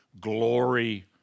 glory